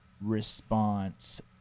response